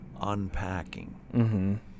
unpacking